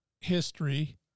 history